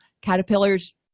Caterpillars